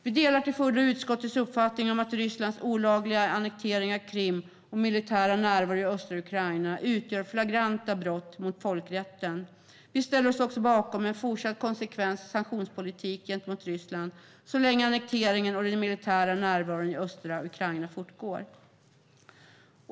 Vi delar till fullo utskottets uppfattning att Rysslands olagliga annektering av Krim och militära närvaro i östra Ukraina utgör flagranta brott mot folkrätten. Vi ställer oss också bakom en fortsatt konsekvent sanktionspolitik gentemot Ryssland så länge annekteringen och den militära närvaron i östra Ukraina fortgår.